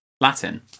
Latin